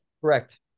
Correct